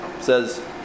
says